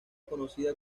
conocida